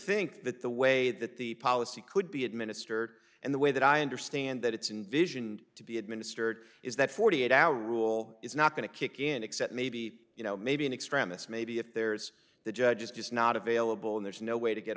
think that the way that the policy could be administered and the way that i understand that it's invision to be administered is that forty eight hour rule is not going to kick in except maybe you know maybe an extremest maybe if there's the judge is just not available and there's no way to get